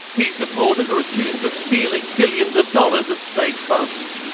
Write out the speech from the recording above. key supporters are accused of stealing billions of dollars of state funds.